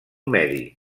medi